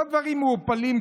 לא דברים מעורפלים,